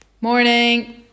Morning